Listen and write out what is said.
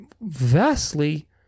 vastly